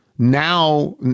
Now